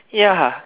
ya